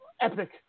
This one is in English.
epic